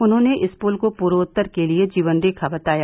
उन्होंने इस पुल को पूर्वोत्तर के लिए जीवन रेखा बताया